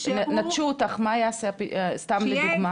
נטשו אותך, מה יעשה סתם לדוגמא.